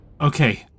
Okay